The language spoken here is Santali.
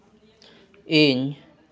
ᱤᱧ